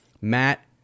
Matt